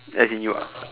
as in you